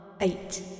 eight